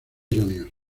juniors